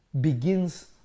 begins